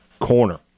Corner